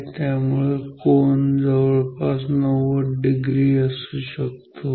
त्यामुळे कोन जवळपास 90 डिग्री असू शकतो ठीक आहे